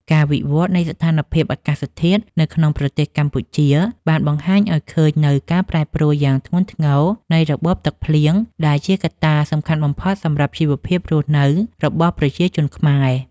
ការវិវត្តនៃស្ថានភាពអាកាសធាតុនៅក្នុងប្រទេសកម្ពុជា បានបង្ហាញឱ្យឃើញនូវការប្រែប្រួលយ៉ាងធ្ងន់ធ្ងរនៃរបបទឹកភ្លៀង ដែលជាកត្តាសំខាន់បំផុតសម្រាប់ជីវភាពរស់នៅរបស់ប្រជាជនខ្មែរ។